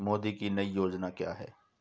मोदी की नई योजना क्या है?